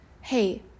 Hey